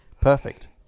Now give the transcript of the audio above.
perfect